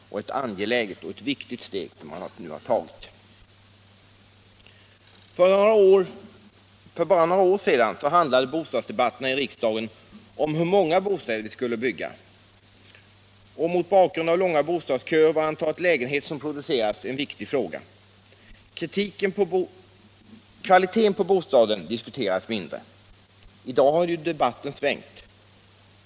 Det är ett angeläget och viktigt steg som man här har kunnat ta. För bara några år sedan handlade bostadsdebatterna här i riksdagen om hur många bostäder vi skulle bygga. Mot bakgrunden av långa bostadsköer var antalet lägenheter som kunde produceras en viktig fråga. Kvaliteten på bostaden diskuterades inte. I dag har debatten svängt.